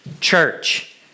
church